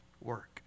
work